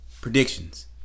Predictions